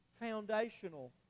foundational